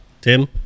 Tim